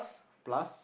plus